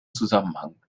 zusammenhang